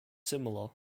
similar